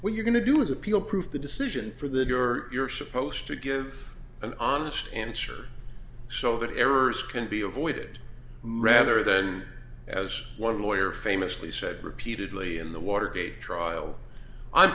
we're going to do is appeal proof the decision for the you're supposed to give an honest answer so that errors can be avoided my rather than as one lawyer famously said repeatedly in the watergate trial i